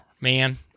man